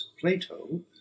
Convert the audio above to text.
Plato